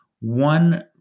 one